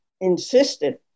insisted